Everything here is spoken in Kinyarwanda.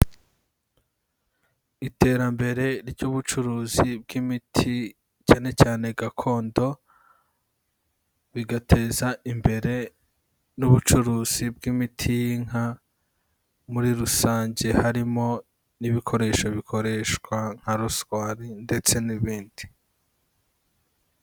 Iterambere ry'ubucuruzi bw'imiti cyane cyane gakondo, bigateza imbere n'ubucuruzi bw'imiti y'inka muri rusange. Harimo n'ibikoresho bikoreshwa nka rozwari ndetse n'ibindi.